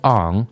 on